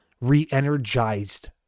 re-energized